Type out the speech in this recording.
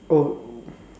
oh ah